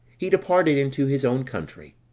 he departed into his own country.